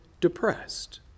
depressed